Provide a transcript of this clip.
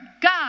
God